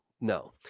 no